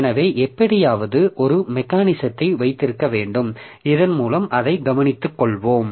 எனவே எப்படியாவது ஒரு மெக்கானிசத்தை வைத்திருக்க வேண்டும் இதன் மூலம் அதை கவனித்துக்கொள்வோம்